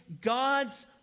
God's